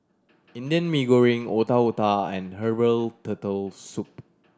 Indian Mee Goreng Otak Otak and herbal Turtle Soup